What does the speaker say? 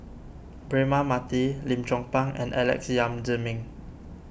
Braema Mathi Lim Chong Pang and Alex Yam Ziming